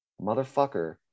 motherfucker